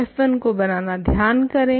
fi को बनाना ध्यान करें